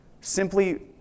simply